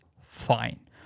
fine